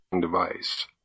device